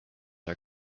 are